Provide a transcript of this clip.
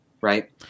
right